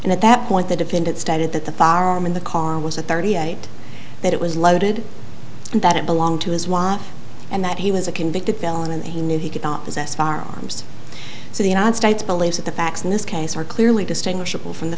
and at that point the defendant stated that the farm in the car was a thirty eight that it was loaded and that it belonged to his wife and that he was a convicted felon and he knew he could not possess firearms so the united states believes that the facts in this case are clearly distinguishable from the